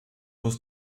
muss